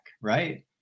right